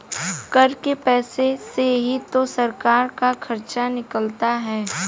कर के पैसे से ही तो सरकार का खर्चा निकलता है